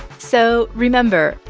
so remember.